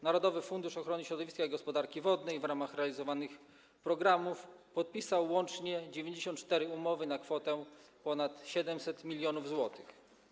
Narodowy Fundusz Ochrony Środowiska i Gospodarki Wodnej w ramach realizowanych programów podpisał łącznie 94 umowy na kwotę ponad 700 mln zł.